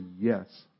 yes